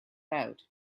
out